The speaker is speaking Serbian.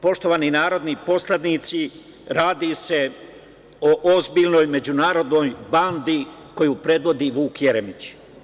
Poštovani narodni poslanici, radi se o ozbiljnoj međunarodnoj bandi koju predvodi Vuk Jeremić.